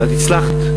ואת הצלחת.